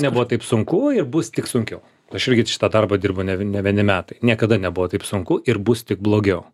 nebuvo taip sunku ir bus tik sunkiau aš irgi šitą darbą dirbu ne vieni metai niekada nebuvo taip sunku ir bus tik blogiau